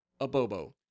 Abobo